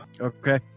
Okay